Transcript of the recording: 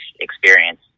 experience